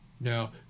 Now